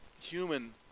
human